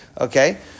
Okay